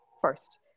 first